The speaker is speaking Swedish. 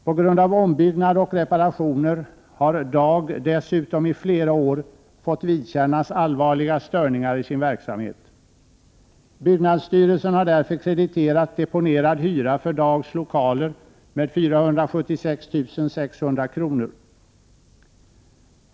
På grund av ombyggnad och reparationer har DAG dessutom i flera år fått vidkännas allvarliga störningar i sin verksamhet. Byggnadsstyrelsen har därför krediterat deponerad hyra för DAG:s lokaler med 476 600 kr.